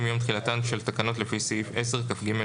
מיום תחילתן של תקנות לפי סעיף 10כג(א)(3).